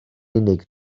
unig